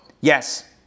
Yes